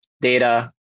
data